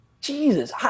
Jesus